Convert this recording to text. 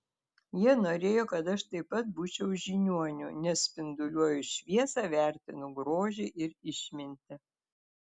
jie norėjo kad aš taip pat būčiau žiniuoniu nes spinduliuoju šviesą vertinu grožį ir išmintį